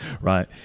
right